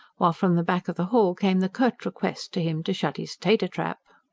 while from the back of the hall came the curt request to him to shut his tater-trap.